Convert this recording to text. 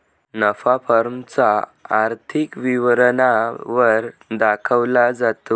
नफा फर्म च्या आर्थिक विवरणा वर दाखवला जातो